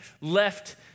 left